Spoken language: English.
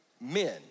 men